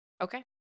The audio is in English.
Okay